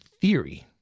theory